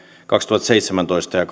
kaksituhattaseitsemäntoista ja